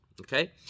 okay